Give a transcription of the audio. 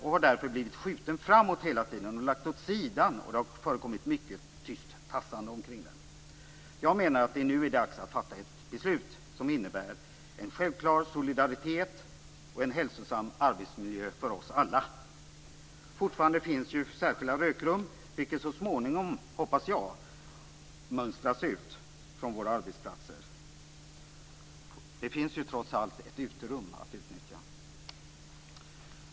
Den har därför skjutits framåt och lagts åt sidan, och det har förekommit mycket tyst tassande omkring den. Jag menar att det nu är dags att fatta ett beslut som innebär en självklar solidaritet och en hälsosam arbetsmiljö för oss alla. Fortfarande finns ju särskilda rökrum, vilka så småningom, hoppas jag, mönstras ut från våra arbetsplatser. Det finns ju trots allt ett uterum att utnyttja.